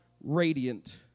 Radiant